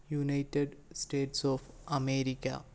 United States of America